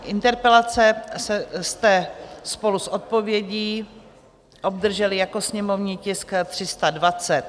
Interpelaci jste spolu s odpovědí obdrželi jako sněmovní tisk 320.